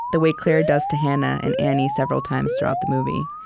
the way claire does to hannah and annie several times throughout the movie.